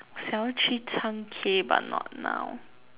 想要去唱 K but not now